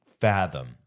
fathom